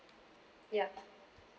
yup